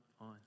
on